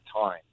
time